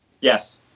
Yes